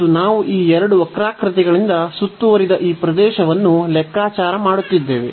ಮತ್ತು ನಾವು ಈ ಎರಡು ವಕ್ರಾಕೃತಿಗಳಿಂದ ಸುತ್ತುವರಿದ ಈ ಪ್ರದೇಶವನ್ನು ಲೆಕ್ಕಾಚಾರ ಮಾಡುತ್ತಿದ್ದೇವೆ